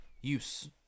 use